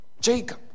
Jacob